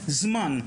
זמן,